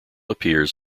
appears